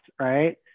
right